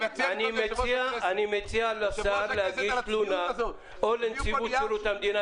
אני מציע לשר להגיש תלונה או לנציבות שירות המדינה,